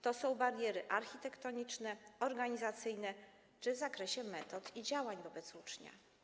To są bariery architektoniczne, organizacyjne czy w zakresie metod i działań wobec ucznia.